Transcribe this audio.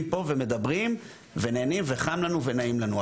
פה ומדברים ונהנים וחם לנו ונעים לנו,